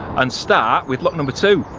and start with lock number two.